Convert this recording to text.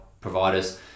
providers